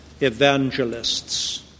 evangelists